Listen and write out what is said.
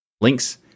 Links